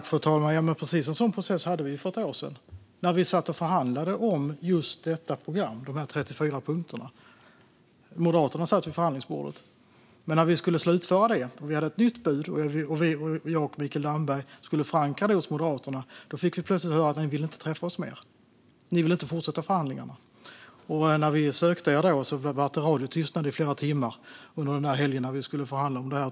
Fru talman! Precis en sådan process hade vi ju för ett år sedan, när vi satt och förhandlade om just detta program, dessa 34 punkter. Moderaterna satt vid förhandlingsbordet. Men när vi skulle slutföra det, när vi hade ett nytt bud och Mikael Damberg och jag skulle förankra det hos Moderaterna, fick vi plötsligt höra att ni inte ville träffa oss mer. Ni ville inte fortsätta förhandlingarna. När vi sökte er under den helg då vi skulle förhandla var det radiotystnad i flera timmar.